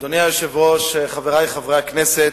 אדוני היושב-ראש, חברי חברי הכנסת,